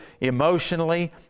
emotionally